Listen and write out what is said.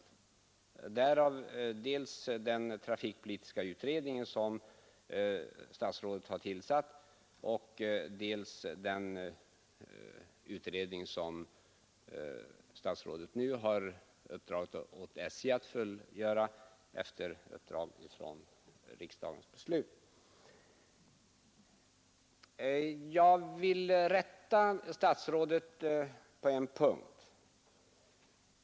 För detta talar dels den trafikpolitiska utredning som statsrådet har tillsatt, dels den utredning som statsrådet nu har uppdragit åt SJ att fullgöra efter riksdagens beslut. Jag vill rätta statsrådet på en punkt.